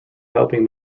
helping